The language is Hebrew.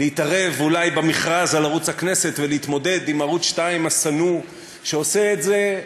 להתערב אולי במכרז על ערוץ הכנסת ולהתמודד עם ערוץ 2 השנוא שעושה את זה.